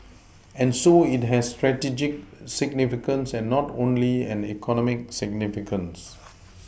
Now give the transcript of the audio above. and so it has strategic significance and not only an economic significance